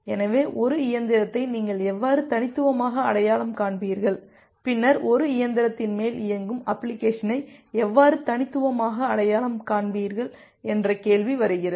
எனவே ஒரு இயந்திரத்தை நீங்கள் எவ்வாறு தனித்துவமாக அடையாளம் காண்பீர்கள் பின்னர் ஒரு இயந்திரத்தின் மேல் இயங்கும் அப்ளிகேஷனை எவ்வாறு தனித்துவமாக அடையாளம் காண்பீர்கள் என்ற கேள்வி வருகிறது